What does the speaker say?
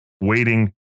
waiting